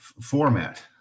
format